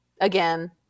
again